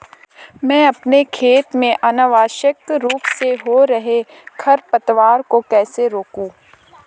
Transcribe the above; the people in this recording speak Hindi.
मैं अपने खेत में अनावश्यक रूप से हो रहे खरपतवार को कैसे रोकूं?